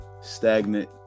stagnant